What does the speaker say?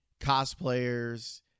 cosplayers